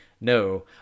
No